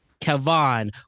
Kevon